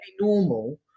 normal